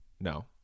no